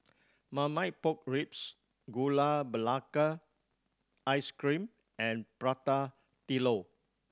Marmite Pork Ribs Gula Melaka Ice Cream and Prata Telur